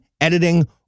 editing